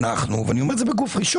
שאנחנו ואני אומר את זה בגוף ראשון,